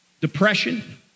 depression